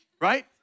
Right